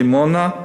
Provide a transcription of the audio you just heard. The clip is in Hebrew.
בדימונה.